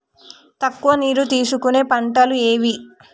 తక్కువ నీరు తీసుకునే పంటలు ఏవి?